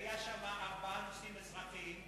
היו שם ארבעה נושאים אזרחיים,